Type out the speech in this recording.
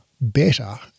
better